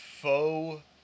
faux